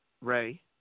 Ray